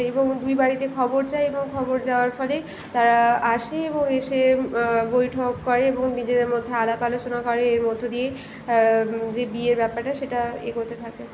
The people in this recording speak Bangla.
এবং দুই বাড়িতে খবর যায় এবং খবর যাওয়ার ফলে তারা আসে এবং এসে বৈঠক করে এবং নিজেদের মধ্যে আলাপ আলোচনা করে এর মধ্য দিয়ে যে বিয়ের ব্যাপারটা সেটা এগোতে থাকে